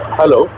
Hello